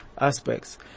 aspects